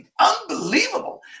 Unbelievable